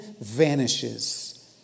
vanishes